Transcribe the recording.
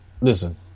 listen